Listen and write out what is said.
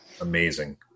amazing